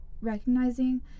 recognizing